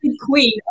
queen